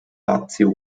lazio